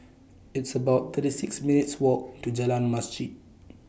It's about thirty six minutes' Walk to Jalan Masjid